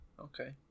Okay